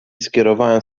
skierowałem